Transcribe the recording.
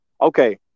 Okay